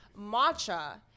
matcha